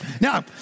now